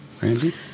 Randy